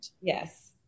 Yes